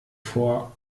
vor